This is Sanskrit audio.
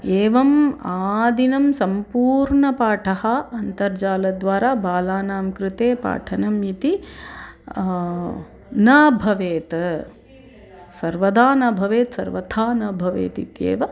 एवम् आदिनं सम्पूर्णः पाठः अन्तर्जालद्वारा बालानां कृते पाठनम् इति न भवेत् सर्वदा न भवेत् सर्वथा न भवेत् इत्येव